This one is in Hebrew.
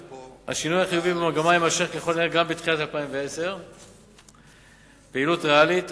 השינוי החיובי במגמה יימשך ככל הנראה גם בתחילת 2010. פעילות ריאלית,